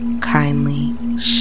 kindly